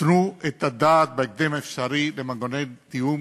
תנו את הדעת בהקדם האפשרי למנגנוני תיאום,